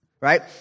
Right